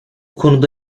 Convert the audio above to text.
konuda